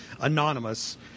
anonymous